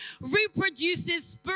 reproduces